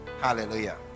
Hallelujah